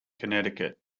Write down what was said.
connecticut